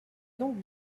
donc